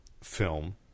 film